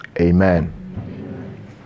Amen